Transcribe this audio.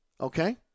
Okay